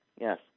yes